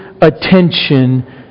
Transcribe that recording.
attention